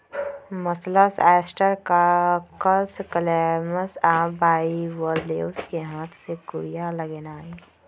mussels, oyster, cockles, clams आ bivalves कें हाथ से कूरिया लगेनाइ